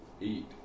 Eat